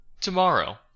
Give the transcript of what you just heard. Tomorrow